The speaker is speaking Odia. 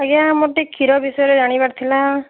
ଆଜ୍ଞା ମୋର ଟିକେ କ୍ଷୀର ବିଷୟରେ ଜାଣିବାର ଥିଲା